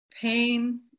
pain